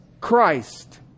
Christ